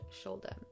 shoulder